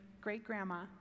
great-grandma